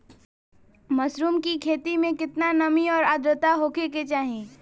Mushroom की खेती में केतना नमी और आद्रता होखे के चाही?